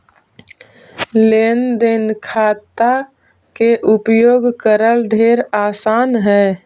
लेन देन खाता के उपयोग करल ढेर आसान हई